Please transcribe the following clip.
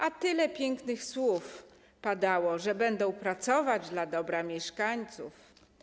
A tyle pięknych słów padało, że będą pracować dla dobra mieszkańców.